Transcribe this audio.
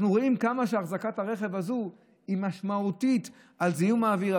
אנחנו רואים כמה אחזקת הרכב הזאת היא משמעותית לזיהום האוויר,